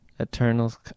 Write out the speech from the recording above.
Eternals